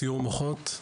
סיור מוחות,